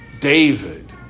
David